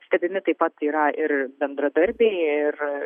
stebimi taip pat yra ir bendradarbiai ir